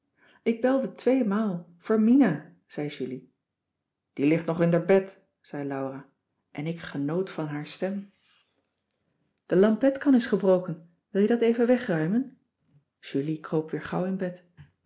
ik belde twee maal voor mina zei julie die legt nog in d'r bed zei laura en ik genoot van haar stem cissy van marxveldt de h b s tijd van joop ter heul de lampetkan is gebroken wil je dat even wegruimen julie kroop weer gauw in bed